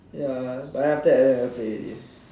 ya but after that I never play already